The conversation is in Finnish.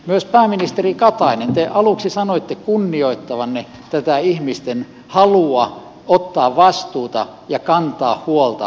myös pääministeri katainen te aluksi sanoitte kunnioittavanne tätä ihmisten halua ottaa vastuuta ja kantaa huolta lähiympäristöstään